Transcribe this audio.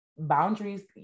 boundaries